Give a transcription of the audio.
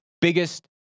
biggest